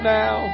now